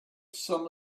some